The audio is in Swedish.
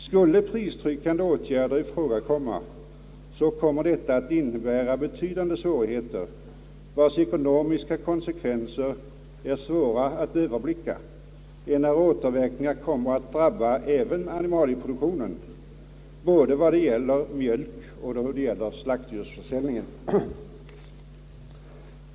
Skulle pristryckande åtgärder ifrågakomma, så kommer detta att innebära betydande svårigheter, vilkas ekonomiska konsekvenser är svåra att överblicka, enär återverkningarna kommer att drabba även animalieproduktionen, vad gäller både mjölkoch slaktdjursproduktionen.